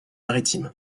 maritimes